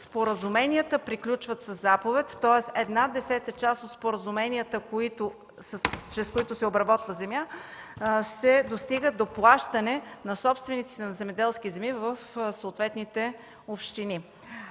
споразуменията приключват със заповед. Тоест при една десета част от споразуменията, чрез които се обработва земя, се достига до плащане на собствениците на земеделски земи в съответните общини.